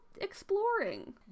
exploring